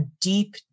deep